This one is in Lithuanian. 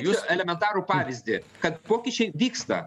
jūs elementarų pavyzdį kad pokyčiai vyksta